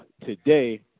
today